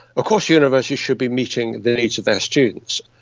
course universities should be meeting the needs of their students.